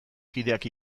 kideak